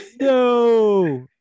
No